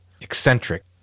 eccentric